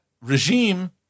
regime